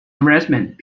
harassment